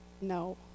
No